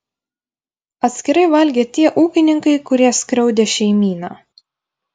atskirai valgė tie ūkininkai kurie skriaudė šeimyną